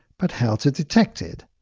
but how to detect it?